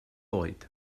oed